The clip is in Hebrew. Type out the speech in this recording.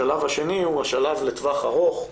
השלב השני הוא השלב לטווח ארוך,